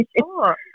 sure